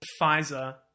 Pfizer